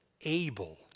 able